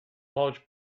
large